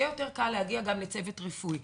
שיהיה יותר קל להגיע גם לצוות רפואי.